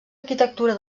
arquitectura